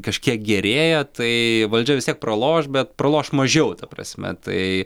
kažkiek gerėja tai valdžia vis tiek praloš bet praloš mažiau ta prasme tai